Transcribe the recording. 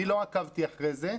אני לא עקבתי אחרי זה,